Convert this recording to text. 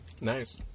Nice